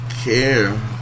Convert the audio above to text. care